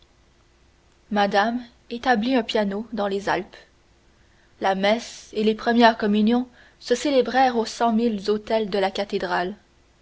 madame établit un piano dans les alpes la messe et les premières communions se célébrèrent aux cent mille autels de la cathédrale